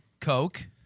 Coke